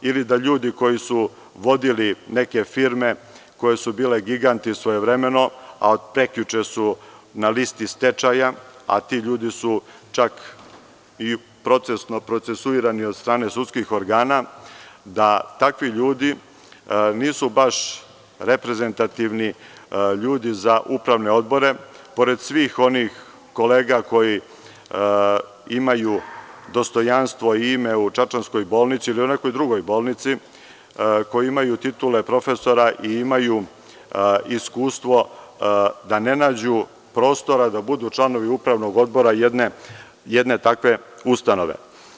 Ili, da ljudi koji su vodili neke firme koje su bile giganti svojevremeno, a od prekjuče su na listi stečaja, a ti ljudi su čak i procesno procesuirani od strane sudskih organa, da takvi ljudi nisu baš reprezentativni ljudi za upravne odbore, pored svih onih kolega koji imaju dostojanstvo i ime u čačanskoj bolnici ili u nekoj drugoj bolnici, koji imaju titule profesora i imaju iskustvo, da ne nađu prostora da budu članovi upravnog odbora jedne takve ustanove.